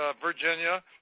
Virginia